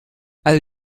all